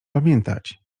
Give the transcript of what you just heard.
pamiętać